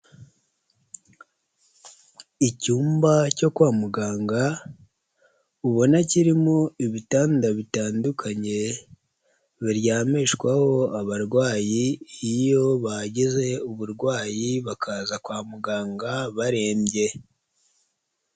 Icyumba cyo kwa muganga ubona kirimo ibitanda bitandukanye biryamishwaho abarwayi iyo bagize uburwayi bakaza kwa muganga barembye.